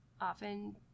often